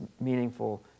meaningful